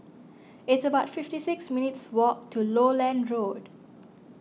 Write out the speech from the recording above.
it's about fifty six minutes' walk to Lowland Road